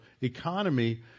economy